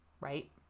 Right